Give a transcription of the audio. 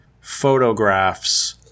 photographs